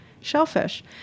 shellfish